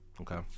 Okay